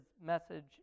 message